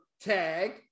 tag